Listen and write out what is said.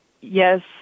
yes